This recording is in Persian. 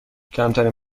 کمترین